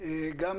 אנחנו